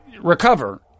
recover